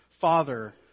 father